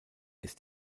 ist